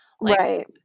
Right